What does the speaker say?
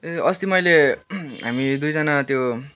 ए अस्ति मैले हामी दुईजना त्यो